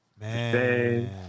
Man